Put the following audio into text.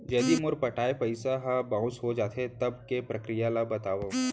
यदि मोर पटाय पइसा ह बाउंस हो जाथे, तब के प्रक्रिया ला बतावव